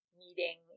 meeting